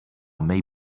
may